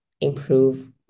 improve